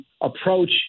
approach